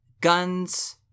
guns